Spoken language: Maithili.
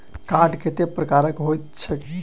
कार्ड कतेक प्रकारक होइत छैक?